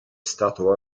stato